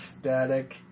Static